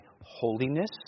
holiness